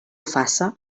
faça